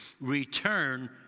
return